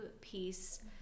piece